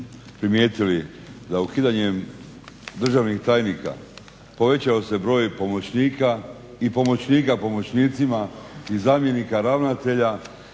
primijetili da ukidanjem državnih tajnika povećao se broj pomoćnika i pomoćnika pomoćnicima i zamjenika ravnatelja